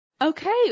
Okay